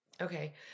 Okay